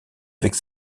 avec